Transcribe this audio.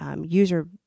user